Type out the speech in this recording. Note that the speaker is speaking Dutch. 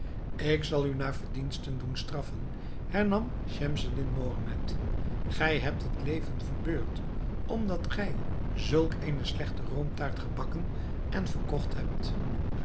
ik zal u naar verdiensten doen straffen hernam schemseddin mohammed gij hebt het leven verbeurd omdat gij zulk eene slechte roomtaart gebakken en verkocht hebt